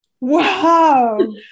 Wow